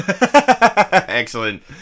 Excellent